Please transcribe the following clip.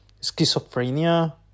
schizophrenia